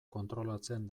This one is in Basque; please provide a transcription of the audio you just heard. kontrolatzen